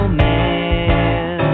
man